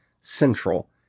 central